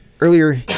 earlier